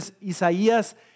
Isaías